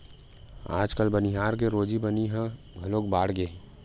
आजकाल बनिहार के रोजी बनी ह घलो बाड़गे हे